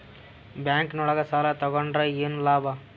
Bank ನೊಳಗ ಸಾಲ ತಗೊಂಡ್ರ ಏನು ಲಾಭ?